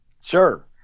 Sure